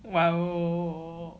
!wow!